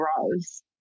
grows